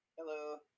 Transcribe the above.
Hello